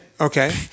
Okay